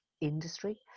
industry